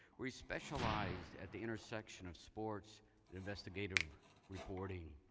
where he specialized at the intersection of sports and investigative reporting.